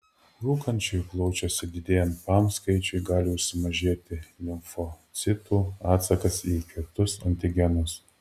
rūkančiųjų plaučiuose didėjant pam skaičiui gali sumažėti limfocitų atsakas į įkvėptus antigenus